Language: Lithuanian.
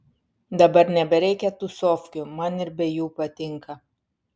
dabar nebereikia tūsovkių man ir be jų patinka